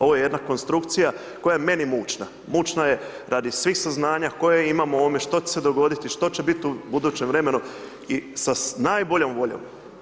Ovo je jedna konstrukcija koja je meni mučna, mučna je radi svih saznanja koje imamo u ovome što će se dogoditi, što će biti u budućem vremenu i sa najboljom voljom.